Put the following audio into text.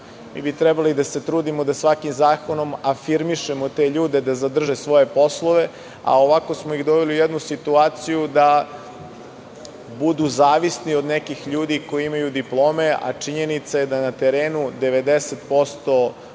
Mi bi trebali da se trudimo da svakim zakonom afirmišemo te ljude da zadrže svoje poslove, a ovako smo ih doveli u jednu situaciju da budu zavisni od nekih ljudi koji imaju diplome, a činjenica je da na terenu 90%